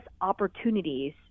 opportunities